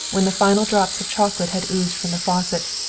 when the final drops of chocolate had oozed from the faucet,